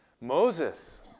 Moses